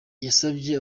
yanasabye